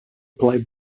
play